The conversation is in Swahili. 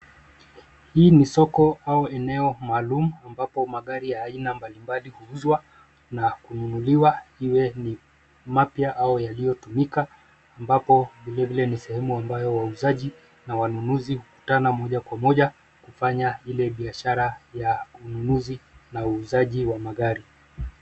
Hii ni soko au eneo maalum ambapo magari ya aina mbalimbali huuzwa na kununuliwa iwe ni mapya au yaliyotumika ambapo vilevile ni sehemu ambayo wauzaji na wanunuzi hukutana moja kwa moja kufanya ile biashara ya ununuzi na uuzaji wa magari.